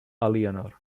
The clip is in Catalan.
elionor